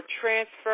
transfer